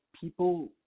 people